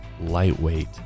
lightweight